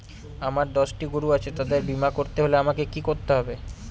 আমার দশটি গরু আছে তাদের বীমা করতে হলে আমাকে কি করতে হবে?